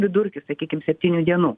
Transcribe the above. vidurkis sakykim septynių dienų